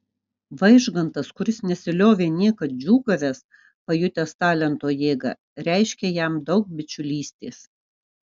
vaižgantas kuris nesiliovė niekad džiūgavęs pajutęs talento jėgą reiškė jam daug bičiulystės